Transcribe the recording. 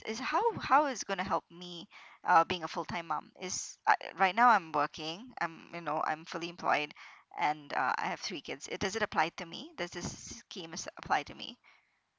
is how how it's gonna help me uh being a full time mom is uh right now I'm working I'm you know I'm fully employed and uh I have three kids it does it apply to me does this schemes apply to me